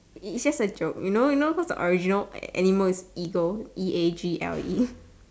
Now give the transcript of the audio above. is just a joke you know you know because the original animal is eagle you know E a G L E